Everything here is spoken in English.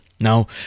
Now